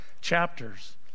chapters